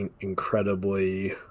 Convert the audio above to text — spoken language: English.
incredibly